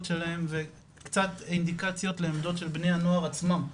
שלהם וקצת אינדיקציות לעמדות של בני הנוער עצמם,